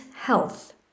health